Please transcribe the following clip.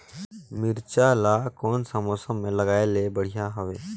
मिरचा ला कोन सा मौसम मां लगाय ले बढ़िया हवे